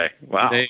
Wow